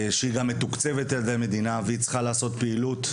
שמתוקצבת על ידי המדינה וצריכה לעשות פעילות.